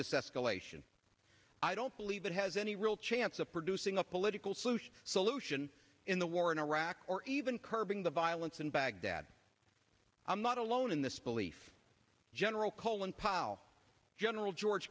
this escalation i don't believe it has any real chance of producing a political solution solution in the war in iraq or even curbing the violence in baghdad i'm not alone in the school leaf general colin powell general george